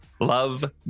love